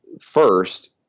first